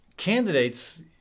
Candidates